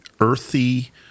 earthy